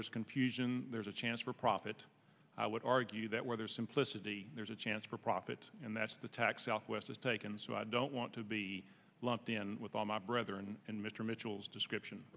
there's confusion there's a chance for profit i would argue that whether simplicity there's a chance for profit and that's the tack southwest has taken so i don't want to be lumped in with all my brother and mr mitchell's description